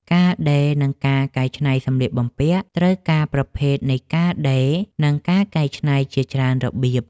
ការដេរ និងការកែច្នៃសម្លៀកបំពាក់ ត្រូវការប្រភេទនៃការដេរ និងការកែច្នៃជាច្រើនរបៀប។